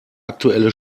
aktuelle